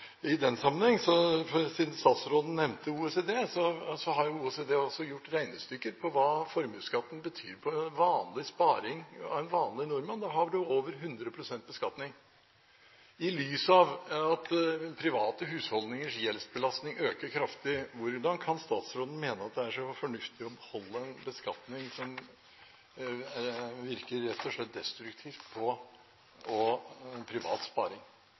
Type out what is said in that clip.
I den sammenheng, siden statsråden nevnte OECD, har OECD også gjort regnestykker om hva formuesskatten betyr for vanlig sparing for en vanlig nordmann – da har man over 100 pst. beskatning. I lys av at private husholdningers gjeldsbelastning øker kraftig, hvordan kan statsråden mene at det er så fornuftig å beholde en beskatning som rett og slett virker destruktiv på privat sparing?